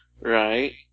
Right